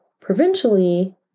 provincially